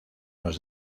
los